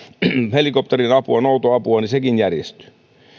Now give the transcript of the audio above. helikopterin apua noutoapua niin sekin järjestyy